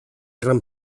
gran